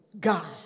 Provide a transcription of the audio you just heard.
God